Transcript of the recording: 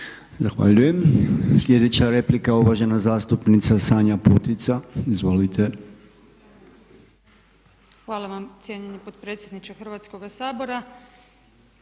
Zahvaljujem. Sljedeća ima riječ uvažena zastupnica Sanja Putica. Izvolite. **Putica, Sanja (HDZ)** Hvala potpredsjedniče Hrvatskoga sabora.